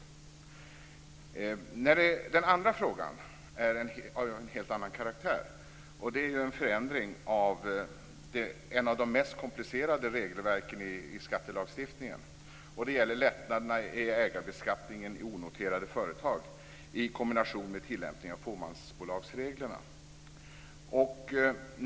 Den andra frågan är av en helt annan karaktär. Det gäller en förändring av en av de mest komplicerade regelverken i skattelagstiftningen. Det gäller lättnader i ägarbeskattningen i onoterade företag i kombination med tillämpning av fåmansbolagsreglerna.